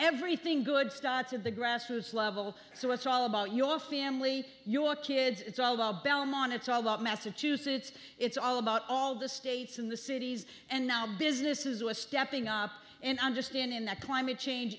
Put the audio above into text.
everything good starts at the grassroots level so it's all about your family your kids it's all about belmont it's all about massachusetts it's all about all the states in the cities and now businesses are stepping up and understanding that climate change